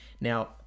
Now